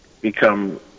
become